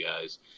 guys